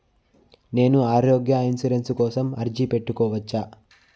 నేను ఆరోగ్య ఇన్సూరెన్సు కోసం అర్జీ పెట్టుకోవచ్చా?